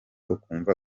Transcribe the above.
ukumva